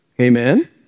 Amen